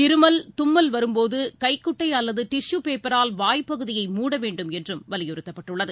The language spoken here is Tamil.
இருமல் தும்மல் வரும்போது கைக்குட்டை அல்லது டிஷு பேப்பரால் வாய் பகுதியை மூட வேண்டும் என்றும் வலியுறுத்தப்பட்டுள்ளது